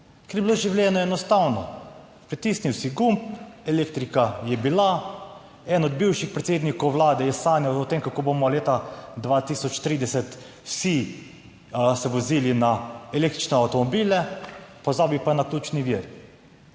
Ker je bilo življenje enostavno, pritisnil si gumb, elektrika je bila eden od bivših predsednikov vlade je sanjal o tem, kako bomo leta 2030 vsi se vozili na električne avtomobile, pozabil pa na ključni vir.